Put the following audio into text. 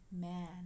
man